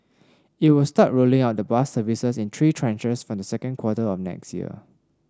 it will start rolling out the bus services in three tranches from the second quarter of next year